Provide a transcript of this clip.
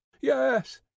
yes